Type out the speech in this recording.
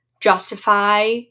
justify